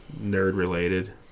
nerd-related